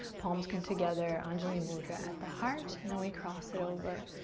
palms come together, anjali mudra at the heart, and then we cross it over,